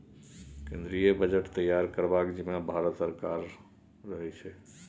केंद्रीय बजट तैयार करबाक जिम्माँ भारते सरकारक रहै छै